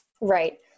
Right